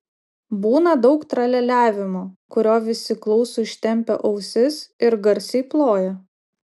būna daug tralialiavimo kurio visi klauso ištempę ausis ir garsiai ploja